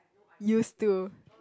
used to